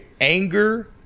anger